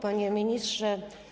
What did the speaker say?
Panie Ministrze!